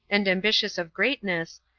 and ambitious of greatness,